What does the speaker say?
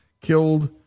killed